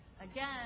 again